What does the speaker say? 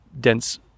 dense